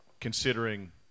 considering